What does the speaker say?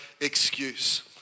excuse